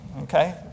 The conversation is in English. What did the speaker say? okay